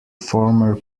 former